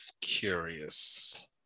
curious